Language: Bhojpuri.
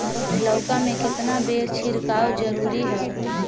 लउका में केतना बेर छिड़काव जरूरी ह?